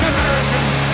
Americans